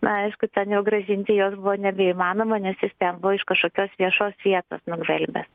na aišku ten jau grąžinti jos buvo nebeįmanoma nes jis ten buvo iš kažkokios viešos vietos nugraibęs